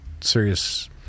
serious